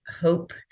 hope